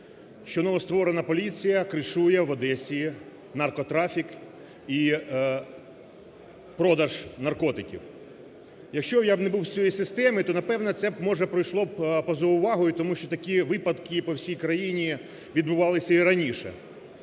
що новостворена поліція кришує в Одесі наркотрафік і продаж наркотиків. Якщо б я не був з цієї системи, то напевно, це б може пройшло б поза увагою, тому що такі випадки по всій країні відбувалися раніше.